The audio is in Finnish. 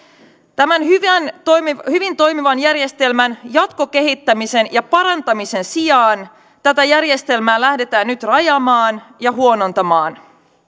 tämän hyvin toimivan hyvin toimivan järjestelmän jatkokehittämisen ja parantamisen sijaan tätä järjestelmää lähdetään nyt rajaamaan ja huonontamaan